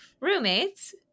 roommates